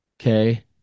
Okay